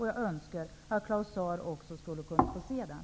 Jag önskar att Claus Zaar också skulle kunna se den.